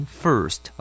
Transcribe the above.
first